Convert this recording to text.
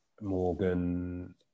Morgan